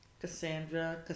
Cassandra